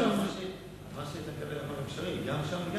אפשר גם שם וגם